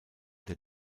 der